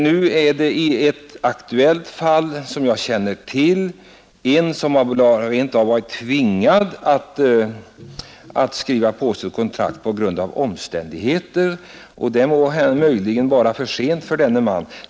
Nu är det i ett ärende som jag känner till en köpare som redan varit tvingad att skriva på kontrakt. Är det för sent för denne att överklaga?